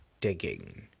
digging